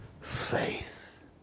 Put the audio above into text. faith